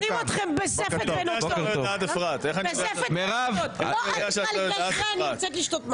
מורחים אתכם בזפת --- מירב --- אני יוצאת לשתות מים.